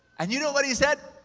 and you know what he said?